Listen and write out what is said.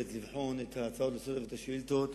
לבחון את ההצעות לסדר-היום ואת השאילתות.